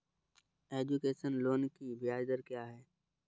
Education loan की ब्याज दर क्या है?